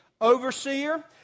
overseer